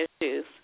issues